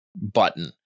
button